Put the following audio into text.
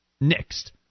next